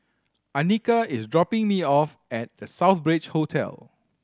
Annika is dropping me off at The Southbridge Hotel